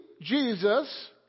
Jesus